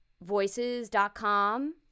Voices.com